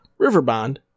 Riverbond